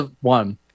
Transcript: one